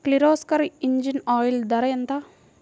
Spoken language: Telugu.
కిర్లోస్కర్ ఇంజిన్ ఆయిల్ ధర ఎంత?